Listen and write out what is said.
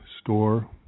store